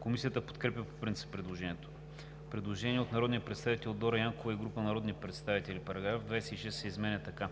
Комисията подкрепя по принцип предложението. Има предложение от народния представител Дора Янкова и група народни представители: „§ 26. В Закона за